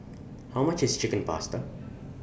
How much IS The Chicken Pasta